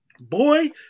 boy